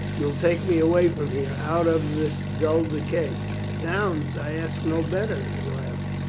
you'll take me away from here, out of this dull decay? zounds, i ask no better, he laughed.